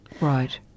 right